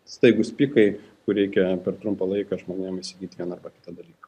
staigūs pikai kur reikia per trumpą laiką žmonėm įsigyti vieną kitą dalyką